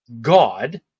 God